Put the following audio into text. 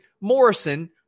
Morrison